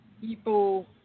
people